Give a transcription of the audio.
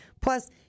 Plus